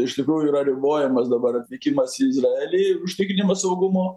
iš tikrųjų yra ribojamas dabar atvykimas į izraelį užtikrinimas saugumo